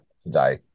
today